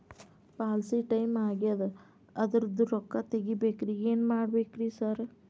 Policy time ಆಗ್ಯಾದ ಅದ್ರದು ರೊಕ್ಕ ತಗಬೇಕ್ರಿ ಏನ್ ಮಾಡ್ಬೇಕ್ ರಿ ಸಾರ್?